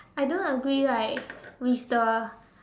I don't agree like with the